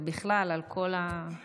זה בכלל על כל התמחור,